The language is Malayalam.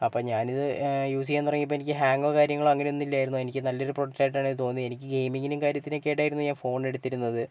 അപ്പം ഞാനിത് യൂസ് ചെയ്യാൻ തുടങ്ങിയപ്പോൾ എനിക്ക് ഹാങ്ങോ കാര്യങ്ങളോ അങ്ങനെ ഒന്നും ഇല്ലായിരുന്നു എനിക്ക് നല്ലൊരു പ്രോഡക്ട് ആയിട്ട് തന്നെയാണ് തോന്നിയത് എനിക്ക് ഗെയിമിംഗിന് കാര്യത്തിന് ഒക്കെ ആയിട്ടായിരുന്നു ഞാൻ ഫോൺ എടുത്തിരുന്നത്